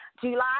July